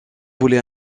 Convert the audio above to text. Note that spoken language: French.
voulait